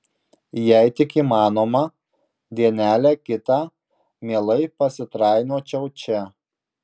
jei tik įmanoma dienelę kitą mielai pasitrainiočiau čia